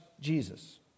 Jesus